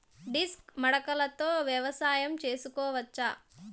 Disc మడకలతో వ్యవసాయం చేసుకోవచ్చా??